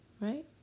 Right